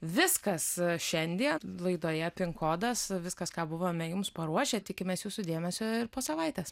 viskas šiandien laidoje pinkodas viskas ką buvome jums paruošė tikimės jūsų dėmesio ir po savaitės